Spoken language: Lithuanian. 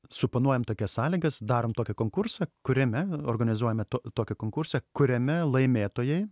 suoponuojam tokias sąlygas darom tokį konkursą kuriame organizuojame tokį konkursą kuriame laimėtojai